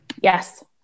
Yes